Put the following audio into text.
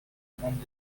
bande